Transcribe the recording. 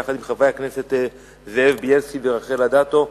יחד עם חברי הכנסת זאב בילסקי ורחל אדטו,